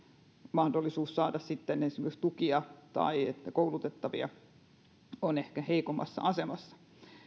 mahdollisuus saada esimerkiksi tukia tai koulutettavia on ehkä heikommassa asemassa